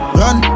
run